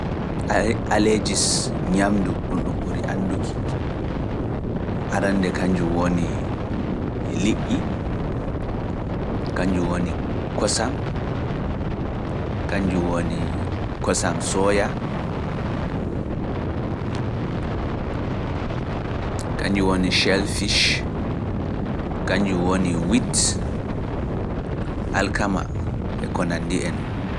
Aay allergies nyaamndu ɗum ɗum ɓuri annduki, arannde kannjum woni liƴƴi, kannjum woni kosam, kannjum woni kosam sooya, kannjum woni shelfish, kannjum woni wheat alkama e ko nanndi e non.